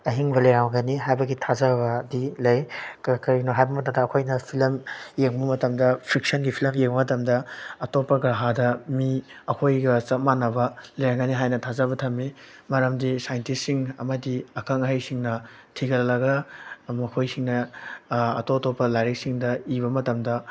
ꯑꯍꯤꯡꯕ ꯂꯩꯔꯝꯒꯅꯤ ꯍꯥꯏꯕꯒꯤ ꯊꯥꯖꯕꯗꯤ ꯂꯩ ꯀꯔꯤꯅꯣ ꯍꯥꯏꯕ ꯃꯇꯝꯗ ꯑꯩꯈꯣꯏꯅ ꯐꯤꯂꯝ ꯌꯦꯡꯕ ꯃꯇꯝꯗ ꯐꯤꯛꯁꯟꯒꯤ ꯐꯤꯂꯝ ꯌꯦꯡꯕ ꯃꯇꯝꯗ ꯑꯇꯣꯞꯄ ꯒ꯭ꯔꯍꯗ ꯃꯤ ꯑꯩꯈꯣꯏꯒ ꯆꯞ ꯃꯥꯟꯅꯕ ꯂꯩꯔꯝꯒꯅꯤ ꯍꯥꯏꯅ ꯊꯥꯖꯕ ꯊꯝꯃꯤ ꯃꯔꯝꯗꯤ ꯁꯥꯏꯟꯇꯤꯁꯁꯤꯡ ꯑꯃꯗꯤ ꯑꯈꯪ ꯑꯍꯩꯁꯤꯡꯅ ꯊꯤꯒꯠꯂꯒ ꯃꯈꯣꯏꯁꯤꯡꯅ ꯑꯇꯣꯞ ꯑꯇꯣꯞꯄ ꯂꯥꯏꯔꯤꯛꯁꯤꯡꯗ ꯏꯕ ꯃꯇꯝꯗ